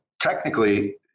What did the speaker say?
technically